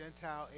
gentile